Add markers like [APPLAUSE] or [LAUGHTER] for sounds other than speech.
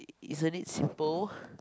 isn't it simple [BREATH]